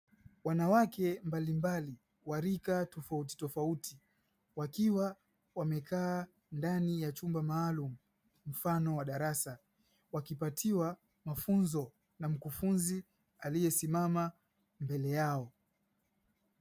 Wanawake mbalimbali wa rika tofautitofauti wakiwa wamekaa ndani ya chumba maalumu mfano wa darasa wakipatiwa mafunzo na mkufunzi aliyesimama mbele yao.